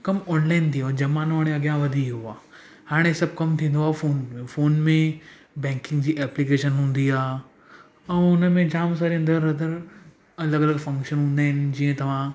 कमु ऑनलाइन थी वियो आहे ज़मानो हाणे अॻियां वधी वियो आहे हाणे सभु कमु थींदो आहे फ़ोन में फ़ोन में बैंकिंग जी एप्लीकेशन हूंदी आहे ऐं हुन में जामु सारी अंदरि अंदरि अलॻि अलॻि फंक्शन हूंदा आहिनि जीअं तव्हां